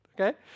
okay